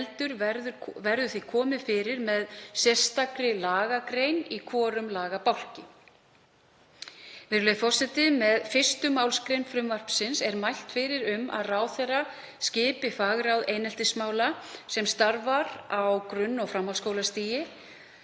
verður því komið fyrir með sérstakri lagagrein í hvorum lagabálki. Með 1. mgr. 2. gr. frumvarpsins er mælt fyrir um að ráðherra skipi fagráð eineltismála sem starfar á grunn- og framhaldsskólastigi.